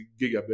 Gigabit